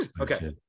okay